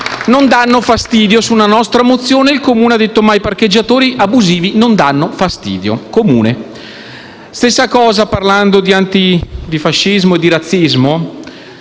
In risposta a una nostra mozione, il Comune ha detto che i parcheggiatori abusivi non danno fastidio. Stessa cosa, parlando di antifascismo e di razzismo,